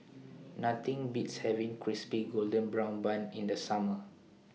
Nothing Beats having Crispy Golden Brown Bun in The Summer